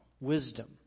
Wisdom